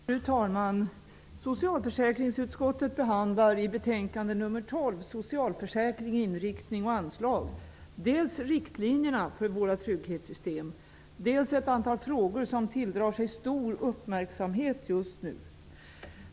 Fru talman! Socialförsäkringsutskottet behandlar i betänkande nr 12, Socialförsäkring -- inriktning och anslag, dels riktlinjerna för våra trygghetssystem, dels ett antal frågor som tilldrar sig stor uppmärksamhet just nu.